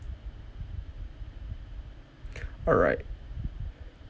alright